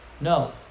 No